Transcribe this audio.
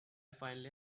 finally